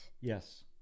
yes